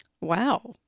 Wow